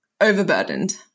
overburdened